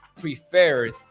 preferred